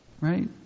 Right